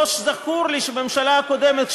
לא זכור לי שבממשלה הקודמת,